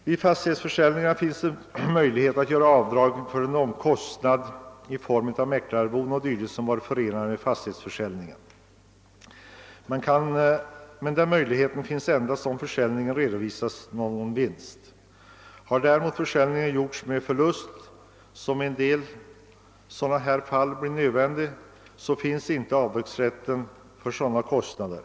Vid fastighetsförsäljningar är det möjligt att göra avdrag för kostnader i form av mäklararvoden o. d. i samband med försäljningen. Men det är under förutsättning att det har blivit någon vinst på försäljningen. Har det däremot blivit förlust — som det blir i sådana fall som jag här anfört — kan avdrag inte göras för dylika kostnader.